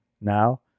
now